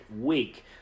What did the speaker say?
Week